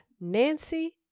Nancy